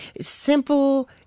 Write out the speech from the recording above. simple